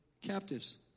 captives